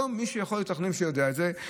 היום מי שיכול לתכנן ויודע את זה,